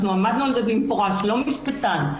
עמדנו על זה במפורש: לא משפטן,